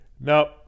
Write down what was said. Now